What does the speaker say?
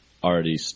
Already